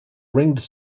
ringed